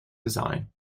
design